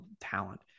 talent